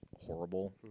horrible